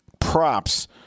props